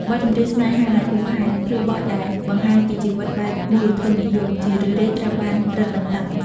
បទចម្រៀងស្នេហាដែលហួសហេតុ ឬបទដែលបង្ហាញពីជីវិតបែបមូលធននិយម ជារឿយៗត្រូវបានរឹតបន្តឹង។